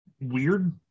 weird